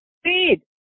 speed